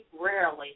rarely